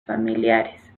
familiares